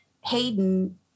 Hayden